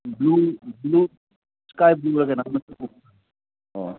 blue ꯀꯗꯥꯏ ꯕ꯭ꯂꯨꯔꯥ ꯀꯣꯅꯣ ꯑꯣ